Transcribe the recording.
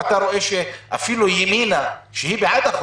אפילו ימינה שהיא בעד החוק,